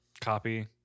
copy